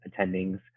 attendings